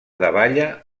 davalla